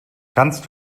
kannst